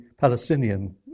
Palestinian